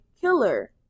killer